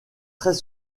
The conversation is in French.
très